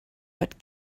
but